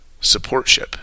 supportship